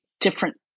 different